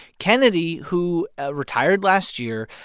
kennedy, who retired last year,